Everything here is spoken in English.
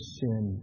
sin